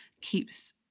keeps